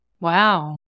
Wow